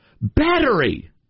battery